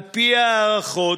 על פי הערכות,